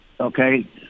Okay